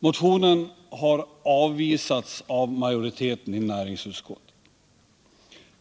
Motionen har avstyrkts av majoriteten i näringsutskottet.